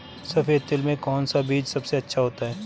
सफेद तिल में कौन सा बीज सबसे अच्छा होता है?